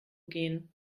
gehen